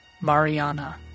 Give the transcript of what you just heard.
Mariana